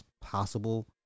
possible